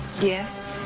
Yes